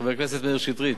חבר הכנסת מאיר שטרית,